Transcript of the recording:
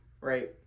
right